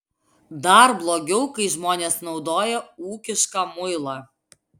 dar blogiau kai žmonės naudoja ūkišką muilą